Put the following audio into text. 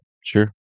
Sure